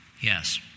Yes